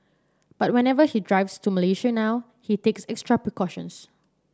but whenever he drives to Malaysia now he takes extra precautions